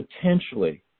potentially